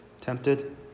tempted